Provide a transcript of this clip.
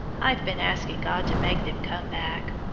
i've been asking god to make them come back.